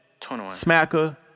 smacker